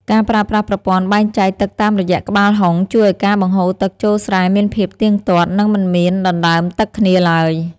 ការប្រើប្រាស់ប្រព័ន្ធបែងចែកទឹកតាមរយៈក្បាលហុងជួយឱ្យការបង្ហូរទឹកចូលស្រែមានភាពទៀងទាត់ និងមិនមានដណ្តើមទឹកគ្នាឡើយ។